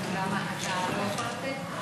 אני חברת כנסת.